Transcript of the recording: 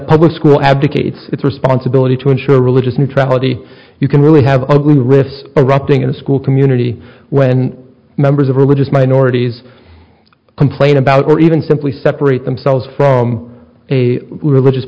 public school abdicated its responsibility to ensure religious neutrality you can really have ugly rifts erupting in the school community when members of religious minorities complain about or even simply separate themselves from a religious